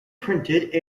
printed